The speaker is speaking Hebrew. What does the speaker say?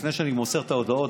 לפני שאני מוסר את ההודעות,